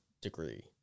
degree